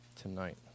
tonight